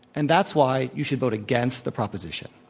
and that's why you should vote against the proposition.